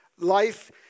life